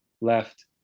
left